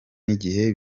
n’igihe